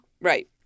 right